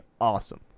awesome